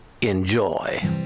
Enjoy